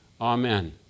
Amen